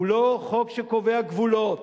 הוא לא חוק שקובע גבולות,